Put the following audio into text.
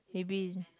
maybe